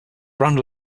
brand